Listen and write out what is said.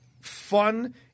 fun